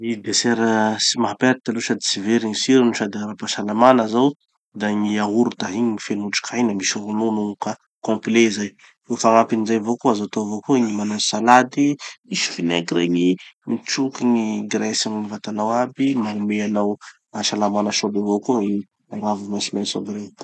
Gny dessert tsy maha perte aloha sady tsy very gny tsirony sady ara-pahasalamana zao da gny yaourt. Igny gny feno otrikaina, misy ronono igny ka complet zay. Ho fagnampin'izay avao koa, azo atao avao koa gny manao salade misy vinaigre igny, mitroky gny graisse amy vatanao aby, manome anao fahasalamana soa aby avao koa gny raviny maintsomaintso aby regny.